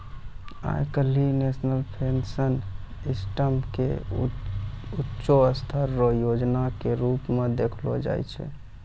आइ काल्हि national pension system के ऊंचों स्तर रो योजना के रूप मे देखलो जाय छै